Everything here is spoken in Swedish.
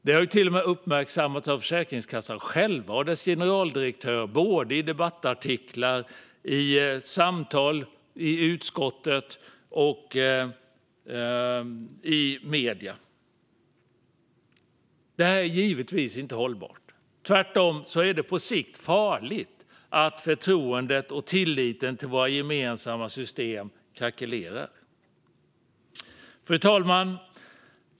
Det har till och med uppmärksammats av Försäkringskassan själv och dess generaldirektör i debattartiklar, i samtal i utskottet och i medierna. Detta är givetvis inte hållbart. Tvärtom är det på sikt farligt att förtroendet och tilliten till våra gemensamma system krackelerar. Fru talman!